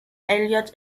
eliot